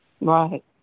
Right